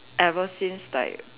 ever since like